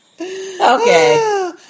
Okay